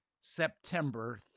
September